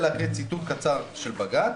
אני ארצה להביא ציטוט קצר של בג"צ: